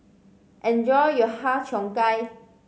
enjoy your Har Cheong Gai